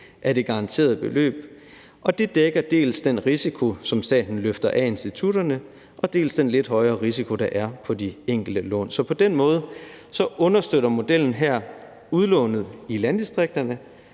af det garanterede beløb, og det dækker dels den risiko, som staten løfter af institutterne, dels den lidt højere risiko, der er, for de enkelte lån. Så på den måde understøtter modellen her udlånet i landdistrikterne,